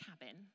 cabin